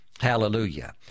Hallelujah